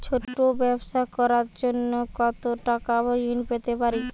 ছোট ব্যাবসা করার জন্য কতো টাকা ঋন পেতে পারি?